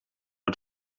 het